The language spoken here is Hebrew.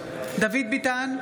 דוד ביטן,